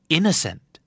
Innocent